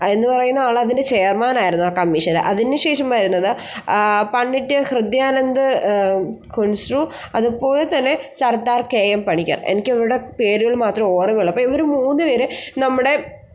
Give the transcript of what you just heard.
എന്നു പറയുന്ന ആൾ അതിൻ്റെ ചെയർമാനായിരുന്നു ആ കമ്മീഷൻ്റെ അതിനുശേഷം വരുന്നത് ആ പണ്ഡിറ്റൽ ഹൃധ്യാനന്ത് കുൻശ്രു അതുപോലെതന്നെ സർദാർ കെ എം പണിക്കർ എനിക്ക് ഇവരുടെ പേരുകൾ മാത്രമേ ഓർമ്മയുള്ളൂ അപ്പം ഇവർ മൂന്നുപേർ നമ്മുടെ